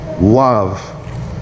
love